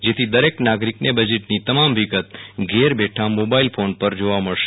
જેથી દરેક નાગરિકને બજેટની તમામ વિગત ઘેર બેઠાં મોબાઇલ ફોન પર જોવા મળશે